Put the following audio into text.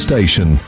Station